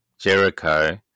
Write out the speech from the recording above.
Jericho